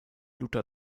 luther